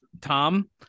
Tom